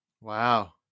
Wow